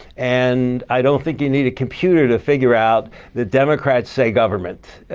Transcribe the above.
and i don't think you need a computer to figure out the democrats say government,